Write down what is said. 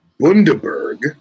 Bundaberg